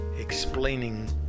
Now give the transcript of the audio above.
explaining